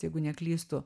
jeigu neklystu